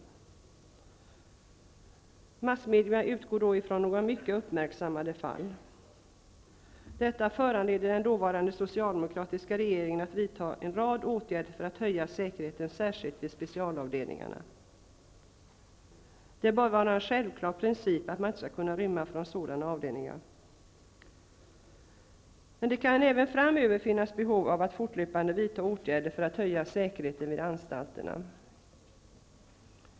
Massmedierna utgår då ifrån några mycket uppmärksammade fall. Detta föranledde den dåvarande socialdemokratiska regeringen att vidta en rad åtgärder för att höja säkerheten särskilt vid specialavdelningarna. Det bör vara en självklar princip att man inte skall kunna rymma från sådana avdelningar. Det kan även framöver finnas behov av att fortlöpande vidta åtgärder för att höja säkerheten vid anstalterna.